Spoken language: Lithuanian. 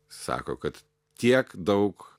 sako kad tiek daug